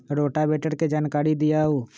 Rotavator के जानकारी दिआउ?